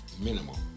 minimal